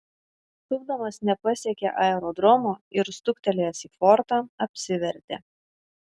tūpdamas nepasiekė aerodromo ir stuktelėjęs į fortą apsivertė